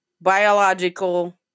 biological